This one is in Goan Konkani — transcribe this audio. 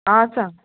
आं सांग